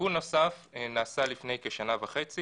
תיקון נוסף נעשה לפני כשנה וחצי